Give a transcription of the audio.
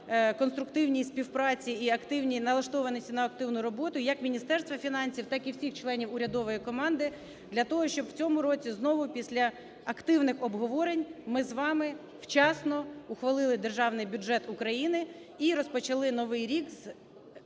конструктивній співпраці і активній… налаштованості на активну роботу як Міністерства фінансів, так і всіх членів урядової команди для того, щоб в цьому році знову після активних обговорень ми з вами вчасно ухвалили Державний бюджет України і розпочали новий рік з